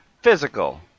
Physical